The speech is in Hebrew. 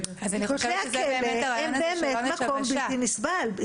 כי כתלי הכלא הם באמת מקום בלתי נסבל.